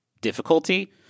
difficulty